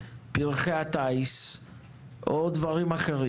פרחי הטיס או נעשו דברים אחרים.